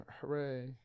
Hooray